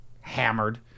hammered